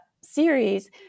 series